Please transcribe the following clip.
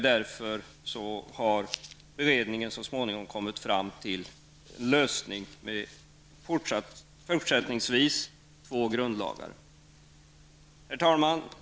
Därför har beredningen så småningom kommit fram till en lösning som fortsättningsvis innebär två grundlagar. Herr talman!